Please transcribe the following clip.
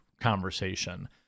conversation